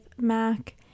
mac